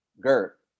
Gert